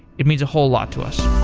it means a whole lot to us